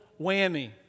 whammy